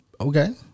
Okay